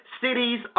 cities